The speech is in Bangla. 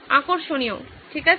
আকর্ষণীয় ঠিক আছে